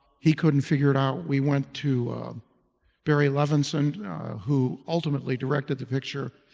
he couldn't figure it out. we went to barry levinson who ultimately directed the picture.